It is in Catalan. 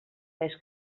més